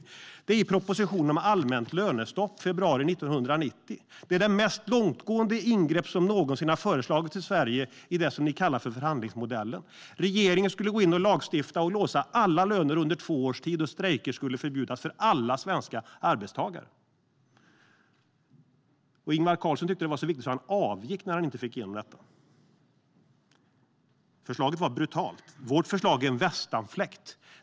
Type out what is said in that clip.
Citatet finns i propositionen om allmänt lönestopp från februari 1990. Det är det mest långtgående ingrepp i det ni kallar förhandlingsmodellen som någonsin har föreslagits i Sverige. Regeringen skulle gå in och lagstifta och låsa alla löner under två års tid, och strejker skulle förbjudas för alla svenska arbetstagare. Ingvar Carlsson tyckte att det var så viktigt att han avgick när han inte fick igenom detta. Förslaget var brutalt. Vårt förslag är en västanfläkt.